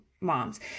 moms